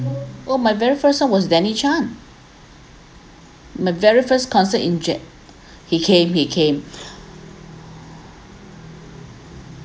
oh my very first one was danny chan my very first concert in jan he came he came